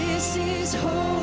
this is